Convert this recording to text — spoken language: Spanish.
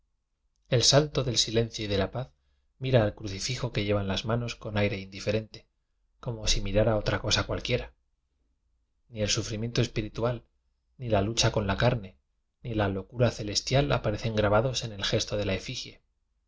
el santo del silencio y de la paz mira a crucifijo que lleva en las manos con aire indiferente como si mirara otra cosa cual quiera ni el sufrimiento espiritual ni la lu cha con la carne ni la locura celestial apa recen grabados en el gesto de la efigie